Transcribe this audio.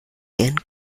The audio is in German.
ihren